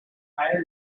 higher